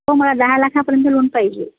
हो मला दहा लाखापर्यंत लोन पाहिजे